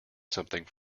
something